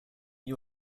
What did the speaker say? you